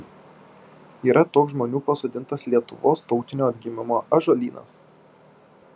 yra toks žmonių pasodintas lietuvos tautinio atgimimo ąžuolynas